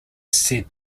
said